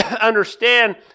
understand